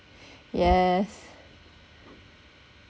yes